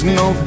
no